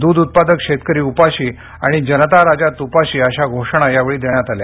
दूध उत्पादक शेतकरी उपाशी आणि जनता राजा तुपाशी अशा घोषणा यावेळी देण्यात आल्या